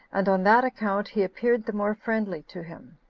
and on that account he appeared the more friendly to him.